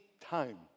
time